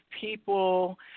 people